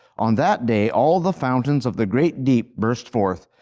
on that day all the fountains of the great deep burst forth,